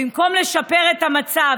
במקום לשפר את המצב,